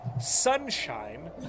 Sunshine